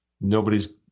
nobody's